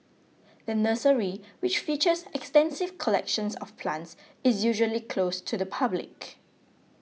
the nursery which features extensive collections of plants is usually closed to the public